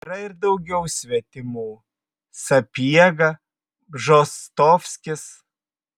yra ir daugiau svetimų sapiega bžostovskis